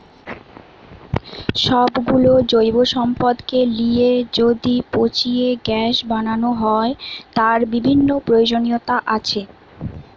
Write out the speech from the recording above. সব গুলো জৈব সম্পদকে লিয়ে যদি পচিয়ে গ্যাস বানানো হয়, তার বিভিন্ন প্রয়োজনীয়তা আছে